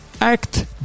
act